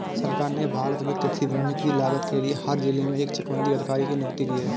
सरकार ने भारत में कृषि भूमि की लागत के लिए हर जिले में एक चकबंदी अधिकारी की नियुक्ति की है